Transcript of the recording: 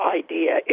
idea